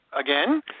again